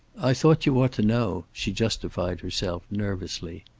i thought you ought to know, she justified herself, nervously.